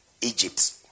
Egypt